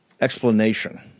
explanation